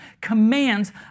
commands